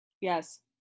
yes